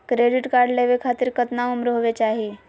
Credit card लेवे खातीर कतना उम्र होवे चाही?